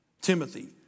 Timothy